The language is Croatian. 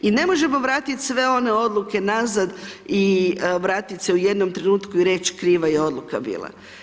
I ne možemo vratiti sve one odluke nazad i vratiti se u jednom trenutku i reći kriva je odluka bila.